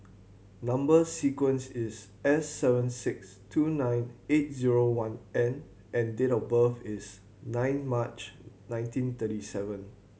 number sequence is S seven six two nine eight zero one N and date of birth is nine March nineteen thirty seven